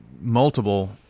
multiple